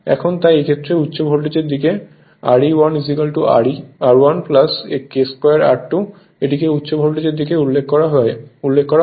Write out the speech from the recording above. এখন তাই এই ক্ষেত্রে উচ্চ ভোল্টেজের দিকে Re 1 R1 K2 R2 এটিকে উচ্চ ভোল্টেজের দিকে উল্লেখ করা হয়